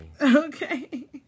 Okay